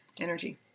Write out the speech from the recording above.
energy